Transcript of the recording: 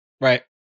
Right